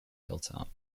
hilltop